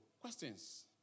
questions